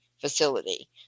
facility